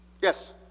Yes